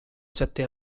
sette